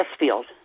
Westfield